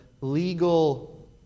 legal